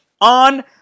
on